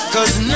Cause